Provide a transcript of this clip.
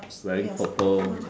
wearing purple